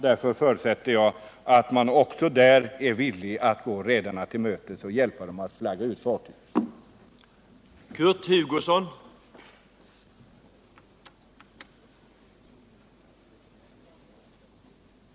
Därför förutsätter jag att regeringen är villig att gå redarna till mötes och hjälpa dem att flagga ut fartyg också i fortsättningen.